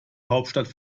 hauptstadt